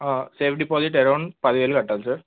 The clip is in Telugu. సేఫ్ డిపాజిట్ అరౌండ్ పది వేలు కట్టాలి సార్